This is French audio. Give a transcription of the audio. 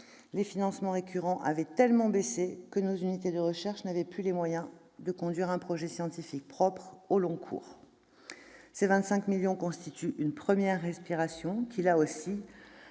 les financements récurrents avaient tellement baissé que nos unités de recherche n'avaient plus les moyens de conduire un projet scientifique propre au long cours. Ces 25 millions d'euros constituent une première respiration, qui, là aussi,